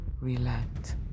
Relent